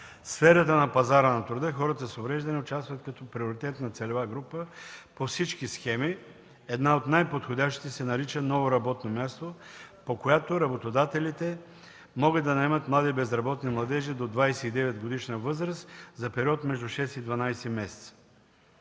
сферата на пазара на труда хората с увреждания участват като приоритетна целева група по всички схеми. Една от най-подходящите се нарича „Ново работно място”, по която работодателите могат да наемат млади безработни младежи до 29-годишна възраст за период между 6 и 12 месеца.